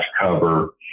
cover